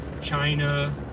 China